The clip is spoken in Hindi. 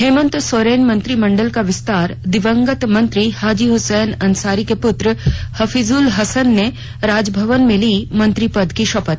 हेमंत सोरेन मंत्रिमंडल का विस्तार दिवंगत मंत्री हाजी हुसैन अंसारी के पुत्र हफीजुल हसन ने राजभवन में ली मंत्री पद की शपथ